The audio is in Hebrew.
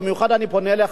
במיוחד אני פונה אליך,